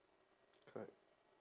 correct